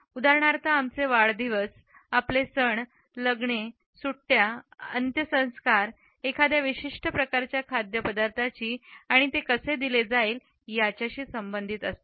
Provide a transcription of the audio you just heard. उदाहरणार्थ आमचे वाढदिवस आपले सण लग्ने सुट्ट्या अंत्यसंस्कार एखाद्या विशिष्ट प्रकारच्या खाद्यपदार्थांची आणि ते कसे दिले जाईल याच्याशी संबंधित असतात